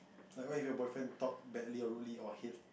like what if your boyfriend talk badly or rudely or hate